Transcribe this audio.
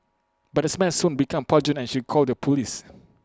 but the smell soon became pungent and she called the Police